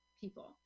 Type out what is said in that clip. people